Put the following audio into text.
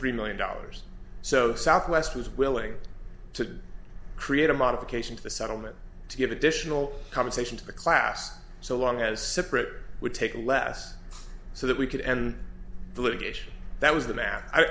three million dollars so southwest was willing to create a modification to the settlement to give additional compensation to the class so long as separate would take less so that we could end the litigation that was the ma